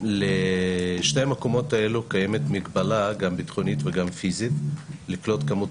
לשני המקומות האלה קיימת מגבלה גם ביטחונית וגם פיזית לקלוט את כמות